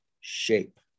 shape